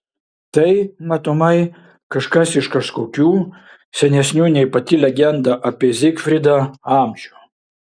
tai matomai kažkas iš kažkokių senesnių nei pati legenda apie zigfridą amžių